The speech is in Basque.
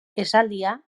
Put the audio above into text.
esaldia